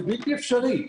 זה בלתי אפשרי.